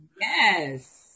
Yes